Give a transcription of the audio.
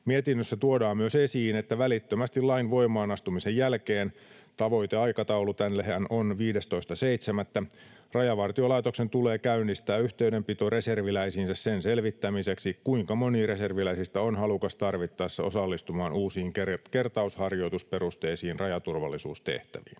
Mietinnössä tuodaan myös esiin, että välittömästi lain voimaanastumisen jälkeen — tavoiteaikatauluhan tälle on 15.7. — Rajavartiolaitoksen tulee käynnistää yhteydenpito reserviläisiinsä sen selvittämiseksi, kuinka moni reserviläisistä on halukas tarvittaessa osallistumaan uusiin kertausharjoitusperusteisiin rajaturvallisuustehtäviin.